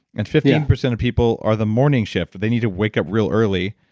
and fifteen percent of people are the morning shift, they need to wake up real early.